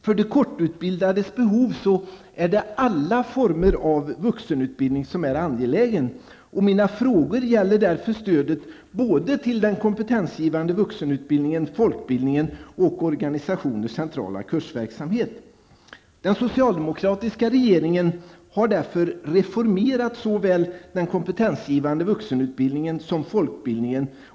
För de kortutbildades behov är alla former av vuxenutbildning angeläget. Mina frågor gäller därför stödet både till den kompetensgivande vuxenutbildningen, folkbildningen och organisationen central kursverksamhet. Den socialdemokratiska regeringen har därför reformerat såväl den kompetensgivande vuxenutbildningen som folkbildningen.